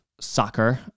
soccer